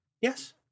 Yes